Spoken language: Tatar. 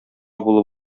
булып